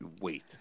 wait